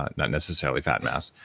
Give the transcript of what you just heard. not not necessarily fat mass.